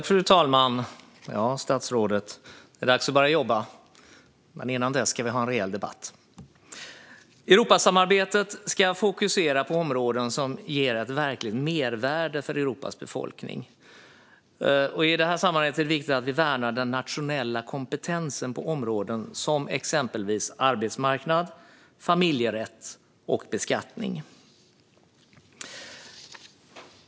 Fru talman! Ja, statsrådet - det är dags att börja jobba! Men innan dess ska vi ha en rejäl debatt. Europasamarbetet ska fokusera på områden som ger ett verkligt mervärde för Europas befolkning. I det sammanhanget är det viktigt att vi värnar den nationella kompetensen på områden som exempelvis arbetsmarknad, familjerätt och beskattning.